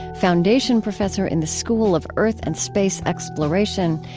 foundation professor in the school of earth and space exploration,